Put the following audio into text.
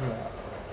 yeah